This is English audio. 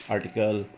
Article